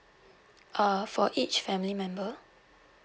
uh for each family member